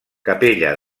capella